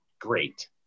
great